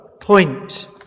point